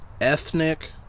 Ethnic